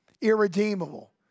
irredeemable